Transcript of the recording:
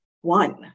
one